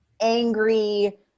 angry